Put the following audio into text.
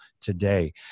today